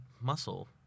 muscle